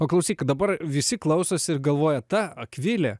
o klausyk dabar visi klausosi ir galvoja ta akvilė